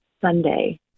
Sunday